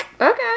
Okay